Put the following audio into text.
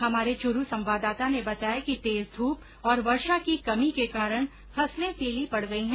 हमारे चूरू संवाददाता ने बताया कि तेज धूप और वर्षो की कमी के कारण फसले पीली पड़ गई है